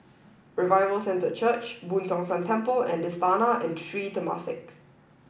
Revival Centre Church Boo Tong San Temple and Istana and Sri Temasek